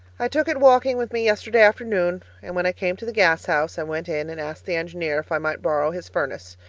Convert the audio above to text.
i took it walking with me yesterday afternoon, and when i came to the gas house, i went in and asked the engineer if i might borrow his furnace.